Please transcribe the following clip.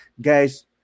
guys